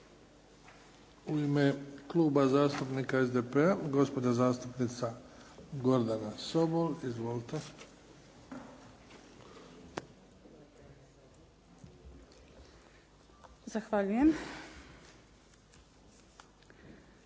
U ime Kluba zastupnika SDP-a, gospođa zastupnica Gordana Sobol. Izvolite. **Sobol,